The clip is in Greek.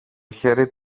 χέρι